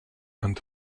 and